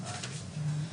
תגישו,